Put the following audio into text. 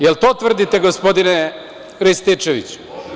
Jel to tvrdite gospodine Rističeviću?